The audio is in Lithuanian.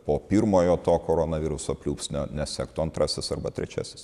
po pirmojo to koronaviruso pliūpsnio nesektų antrasis arba trečiasis